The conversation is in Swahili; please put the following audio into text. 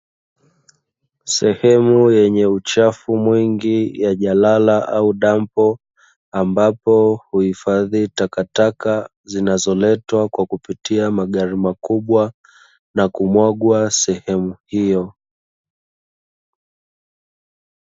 Sehemu yenye uchafu mwingi ya jalala au dampo ambapo huhifadhi takataka zinazoletwa kwa kupitia magari makubwa na kumwagwa sehemu hiyo.